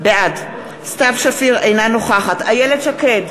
בעד סתיו שפיר, אינה נוכחת איילת שקד,